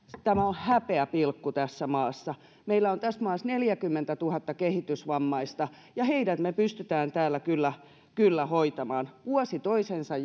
tämä on häpeäpilkku tässä maassa meillä on tässä maassa neljäkymmentätuhatta kehitysvammaista ja me pystymme heidät täällä kyllä kyllä hoitamaan vuosi toisensa